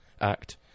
act